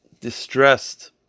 distressed